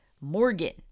Morgan